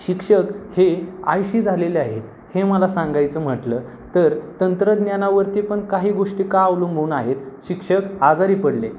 शिक्षक हे आळशी झालेले आहेत हे मला सांगायचं म्हटलं तर तंत्रज्ञानावरती पण काही गोष्टी का अवलंबून आहेत शिक्षक आजारी पडले